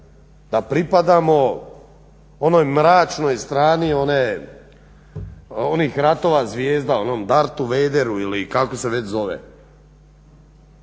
Da pripadamo onoj mračnoj strani onih ratova zvijezda, onom Darthu Vaderu ili kako se već zove.